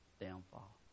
downfall